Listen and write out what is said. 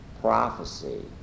prophecy